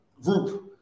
group